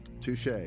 Touche